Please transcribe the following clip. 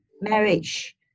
marriage